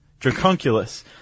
Dracunculus